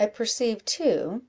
i perceive, too,